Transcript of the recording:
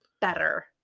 better